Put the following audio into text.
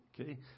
Okay